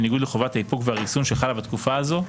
בניגוד לחובת האיפוק והריסון שחלה בתקופה הזו,